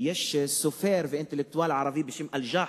יש סופר ואינטלקטואל ערבי בשם אל-ג'אחט',